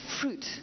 fruit